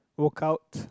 work out